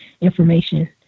information